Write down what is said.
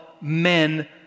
men